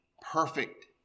perfect